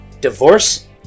divorce